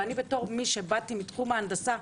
ואני בתור מי שבאה מתחום ההנדסה,